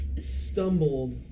stumbled